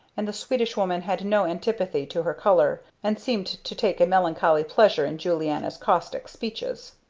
and the swedish woman had no antipathy to her color, and seemed to take a melancholy pleasure in julianna's caustic speeches.